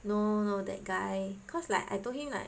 no no no that guy cause like I told him like